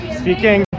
speaking